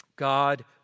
God